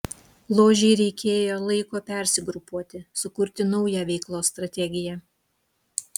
ložei reikėjo laiko persigrupuoti sukurti naują veiklos strategiją